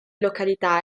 località